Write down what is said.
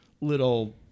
little